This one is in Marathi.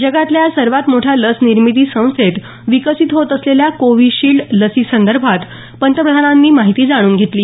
जगातल्या या सर्वात मोठ्या लसनिर्मिती संस्थेत विकसित होत असलेल्या कोव्हिशील्ड लसीसंदर्भात पंतप्रधानांनी माहिती जाणून घेतली